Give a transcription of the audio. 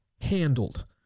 handled